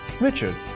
Richard